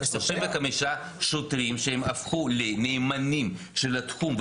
35 שוטרים שהם הפכו לנאמנים של התחום,